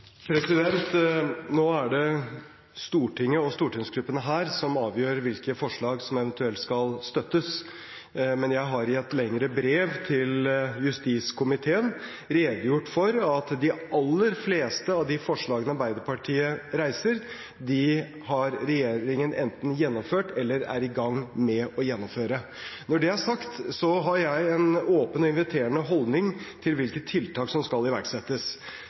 Nå er det Stortinget og stortingsgruppene her som avgjør hvilke forslag som eventuelt skal støttes, men jeg har i et lengre brev til justiskomiteen redegjort for at de aller fleste av de forslagene Arbeiderpartiet reiser, har regjeringen enten gjennomført eller er i gang med å gjennomføre. Når det er sagt, så har jeg en åpen og inviterende holdning til hvilke tiltak som skal iverksettes.